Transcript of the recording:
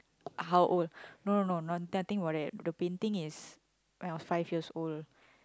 how old no no no non I think about it the painting is ya five years old